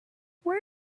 wait